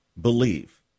believe